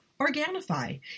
Organifi